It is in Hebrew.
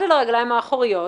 שנעמד על הרגליים האחוריות